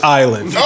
island